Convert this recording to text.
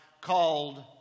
called